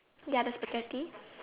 ya the Spaghetti